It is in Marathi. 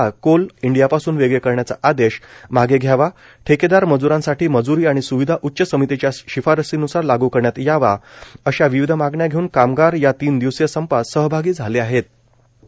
ला कोल इंडियापासून व्याळ करण्याचा आदश माग घ्यावा ठक्कद्वार मज्रांसाठी मज्री आणि स्विधा उच्च समितीच्या शिफारशीन्सार लागू करण्यात यावा अश्या विविध मागण्या घरून कामगार या तीन दिवसीय संपात सहभागी झाल आहम्र